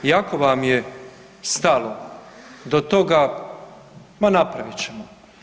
I ako vam je stalo do toga, ma napravit ćemo.